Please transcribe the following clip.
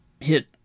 hit